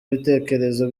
ibitekerezo